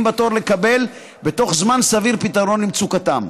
בתור לקבל בזמן סביר פתרון למצוקתם.